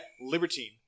Libertine